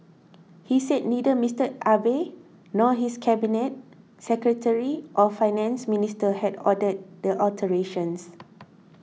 he said neither Mister Abe nor his cabinet secretary or Finance Minister had ordered the alterations